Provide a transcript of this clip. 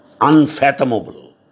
unfathomable